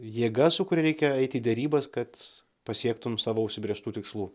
jėga su kuria reikia eit į derybas kad pasiektum savo užsibrėžtų tikslų